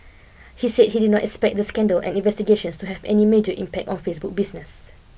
he said he did not expect the scandal and investigations to have any major impact on Facebook's business